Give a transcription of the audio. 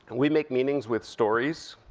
we make meanings with stories,